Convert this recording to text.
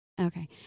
Okay